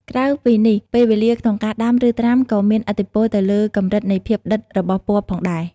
ក្រៅពីនេះ ពេលវេលាក្នុងការដាំឬត្រាំក៏មានឥទ្ធិពលទៅលើកម្រិតនៃភាពដិតរបស់ពណ៌ផងដែរ។